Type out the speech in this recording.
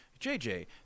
JJ